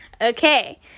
okay